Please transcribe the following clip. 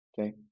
okay